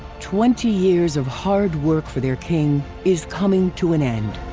twenty years of hard work for their king is coming to an end!